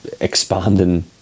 expanding